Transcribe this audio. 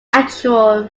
actual